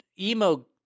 emo